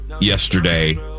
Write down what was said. yesterday